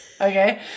Okay